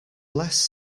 less